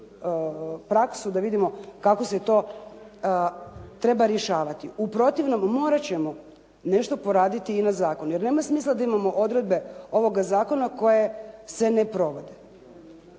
praksu da vidimo kako se treba rješavati. U protivnom morat ćemo nešto poraditi i na zakonu, jer nema smisla da imamo odredbe ovoga zakona koje se ne provode.